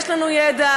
יש לנו ידע,